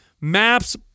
maps